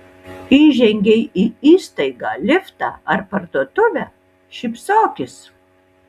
įžengei į įstaigą liftą ar parduotuvę šypsokis